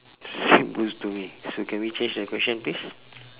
same words to me so can we change the question please